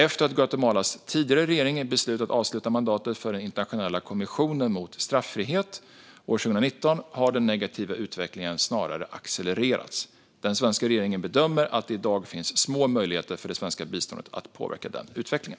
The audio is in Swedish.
Efter att Guatemalas tidigare regering beslutade att avsluta mandatet för den internationella kommissionen mot straffrihet, CICIG, år 2019 har den negativa utvecklingen snarare accelererats. Den svenska regeringen bedömer att det i dag finns små möjligheter för det svenska biståndet att påverka den utvecklingen.